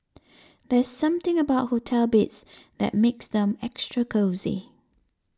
there's something about hotel beds that makes them extra cosy